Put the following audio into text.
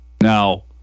Now